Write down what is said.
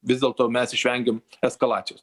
vis dėlto mes išvengėm eskalacijos